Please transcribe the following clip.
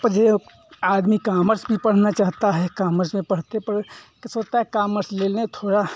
आदमी कामर्स भी पढ़ना चाहता है कामर्स में पढ़ते पढ़ते सोचता है कामर्स ले लें थोड़ा